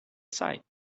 sight